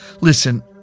Listen